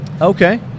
Okay